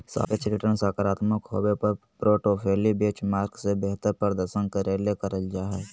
सापेक्ष रिटर्नसकारात्मक होबो पर पोर्टफोली बेंचमार्क से बेहतर प्रदर्शन करे ले करल जा हइ